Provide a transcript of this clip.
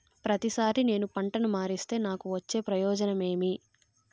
ప్రతిసారి నేను పంటను మారిస్తే నాకు వచ్చే ప్రయోజనం ఏమి?